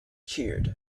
cheered